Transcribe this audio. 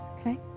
okay